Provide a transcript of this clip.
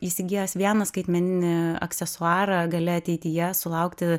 įsigijęs vieną skaitmeninį aksesuarą gali ateityje sulaukti